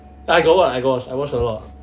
I got watch I got watch a lot